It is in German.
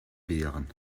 wehren